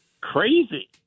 crazy